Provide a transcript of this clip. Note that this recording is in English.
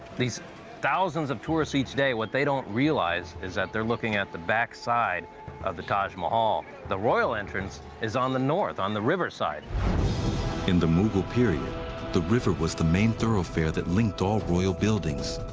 these thousands of tourists each day, what they don't realize is that they're looking at the backside of the taj mahal. the royal entrance is on the north, on the riverside. narrator in the mughal period the river was the main thoroughfare that linked all royal buildings.